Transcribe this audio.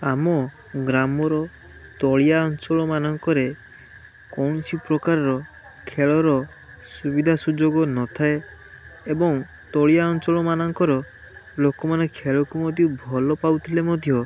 ଆମ ଗ୍ରାମର ତଳିଆ ଅଞ୍ଚଳ ମାନଙ୍କରେ କୌଣସି ପ୍ରକାରର ଖେଳର ସୁବିଧା ସୁଯୋଗ ନଥାଏ ଏବଂ ତଳିଆ ଅଞ୍ଚଳ ମାନଙ୍କର ଲୋକମାନେ ଖେଳକୁ ଅତି ଭଲ ପାଉଥିଲେ ମଧ୍ୟ